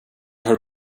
hör